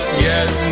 yes